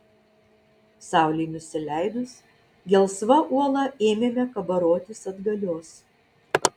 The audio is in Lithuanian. saulei nusileidus gelsva uola ėmėme kabarotis atgalios